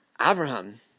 Abraham